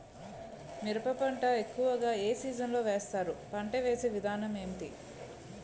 మిరప పంట ఎక్కువుగా ఏ సీజన్ లో వేస్తారు? పంట వేసే విధానం ఎంటి?